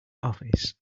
office